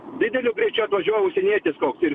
dideliu greičiu atvažiuoja užsienietis koks ir